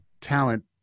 talent